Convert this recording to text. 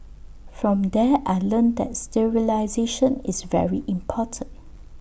from there I learnt that sterilisation is very important